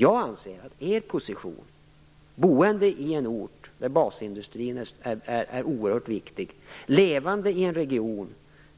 Jag anser, boende i en ort där basindustrin är oerhört viktig och i en region